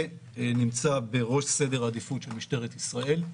זה נמצא בראש סדר העדיפות של משטרת ישראל,